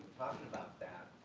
about that,